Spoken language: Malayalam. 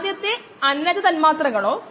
ഈ ടാങ്ക് നിറയ്ക്കാൻ 12000 ലിറ്റർ ടാങ്ക് വേണം